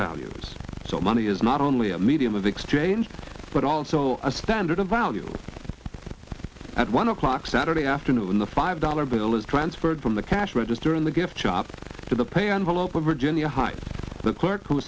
values so money is not only a medium of exchange but also a standard of value at one o'clock saturday afternoon the five dollar bill is transferred from the cash register in the gift shop to the payroll open virginia hides the clerk who